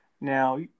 Now